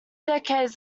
decades